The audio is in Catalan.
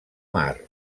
mar